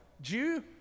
Jew